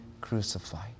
crucified